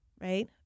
Right